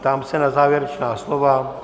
Ptám se na závěrečná slova.